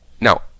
Now